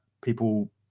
people